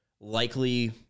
likely